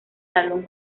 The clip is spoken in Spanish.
salón